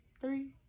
three